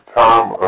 time